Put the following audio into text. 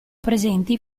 presenti